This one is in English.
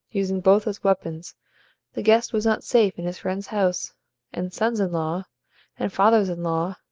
using both as weapons the guest was not safe in his friend's house and sons-in-law and fathers-in law,